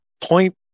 point